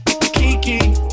Kiki